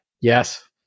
Yes